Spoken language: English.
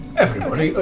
everybody,